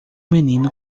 menino